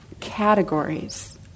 categories